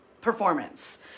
performance